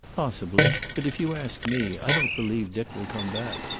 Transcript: possibly. but if you ask me, i don't believe dick will come back.